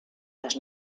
las